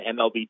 MLB